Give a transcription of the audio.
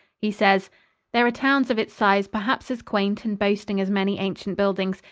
he says there are towns of its size perhaps as quaint and boasting as many ancient buildings,